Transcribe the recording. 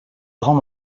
grand